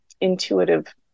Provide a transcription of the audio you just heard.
intuitive